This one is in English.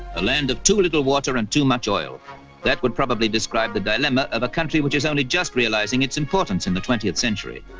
a land of two little water and too much oil that would probably describe the dilemma of a country which is only just realizing its importance in the twentieth century.